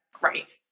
Right